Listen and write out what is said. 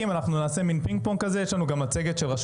אני ממרכז המחקר והמידע של הכנסת,